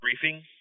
briefing